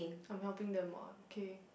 I'm helping them [what] okay